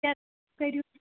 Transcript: کیٛاہ کٔرِو